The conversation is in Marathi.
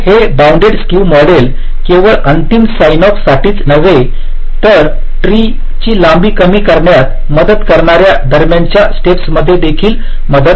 तर हे बाउंडड स्क्यू मॉडेल केवळ अंतिम साइनऑफसाठीच नव्हे तर ट्री ची लांबी कमी करण्यात मदत करणार्या दरम्यानच्या स्टेप्स मध्ये देखील मदत करते